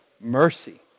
mercy